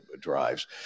drives